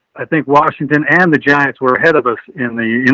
i think washington and the giants were ahead of us in the,